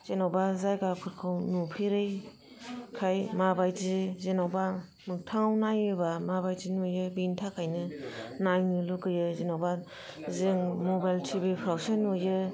जेन'बा जायगाफोरखौ नुफेरै खाय माबायदि जेन'बा मोगथाङाव नायोबा माबादि नुयो बेनि थाखायनो नायनो लुबैयो जेन'बा जों मबाइल टि भि फ्रावसो नुयो